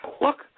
look